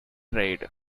raid